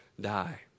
die